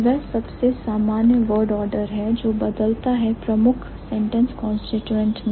वह सबसे सामान्य word order है जो बदलता है मेजर सेंटेंस कांस्टीट्यूएंट्स में